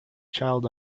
child